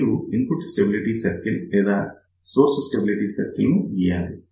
మీరు input stability circle లేదా source stability circle నుగీయాలి